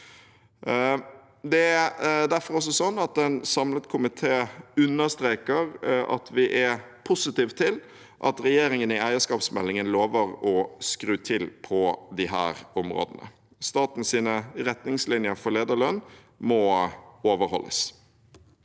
departementenes praksis. En samlet komité understreker derfor at vi er positive til at regjeringen i eierskapsmeldingen lover å skru til på disse områdene. Statens retningslinjer for lederlønn må overholdes.